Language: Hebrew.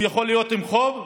הוא יכול להיות עם חוב,